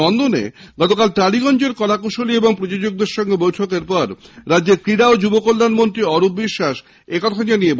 নন্দনে আজ টালিগঞ্জের কলাকুশলী ও প্রযোজকদের সঙ্গে বৈঠকের পর রাজ্যের ক্রীড়া ও যুবকল্যাণ মন্ত্রী অরূপ বিশ্বাস একথা জানিয়েছেন